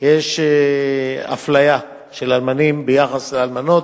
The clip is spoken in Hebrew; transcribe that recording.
יש אפליה של אלמנים ביחס לאלמנות.